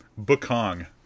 Bukong